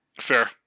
Fair